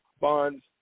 Bonds